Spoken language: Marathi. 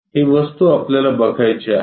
ही वस्तू आपल्याला बघायची आहे